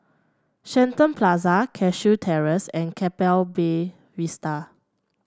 Shenton Plaza Cashew Terrace and Keppel Be Vista